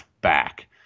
back